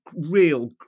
real